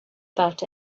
about